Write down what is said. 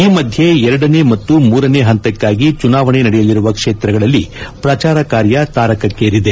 ಈ ಮಧ್ಯೆ ಎರಡನೇ ಮತ್ತು ಮೂರನೇ ಹಂತಕ್ಕಾಗಿ ಚುನಾವಣೆ ನಡೆಯಲಿರುವ ಕ್ಷೇತ್ರಗಳಲ್ಲಿ ಪ್ರಚಾರ ಕಾರ್ಯ ತಾರಕಕ್ಷೇರಿದೆ